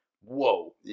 whoa